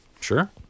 sure